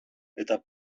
eta